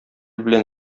белән